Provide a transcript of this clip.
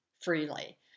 freely